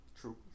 True